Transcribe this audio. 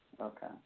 Okay